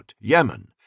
Yemen